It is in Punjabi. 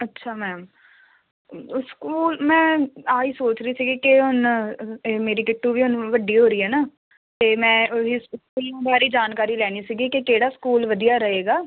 ਅੱਛਾ ਮੈਮ ਅ ਸਕੂਲ ਮੈਂ ਇਹ ਹੀ ਸੋਚ ਰਹੀ ਸੀ ਕਿ ਹੁਣ ਮੇਰੀ ਗਿੱਟੂ ਵੀ ਹੁਣ ਵੱਡੀ ਹੋ ਰਹੀ ਹੈ ਨਾ ਅਤੇ ਮੈਂ ਸਕੂਲਾਂ ਬਾਰੇ ਜਾਣਕਾਰੀ ਲੈਣੀ ਸੀਗੀ ਕਿ ਕਿਹੜਾ ਸਕੂਲ ਵਧੀਆ ਰਹੇਗਾ